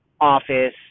office